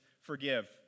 forgive